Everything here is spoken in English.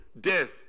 death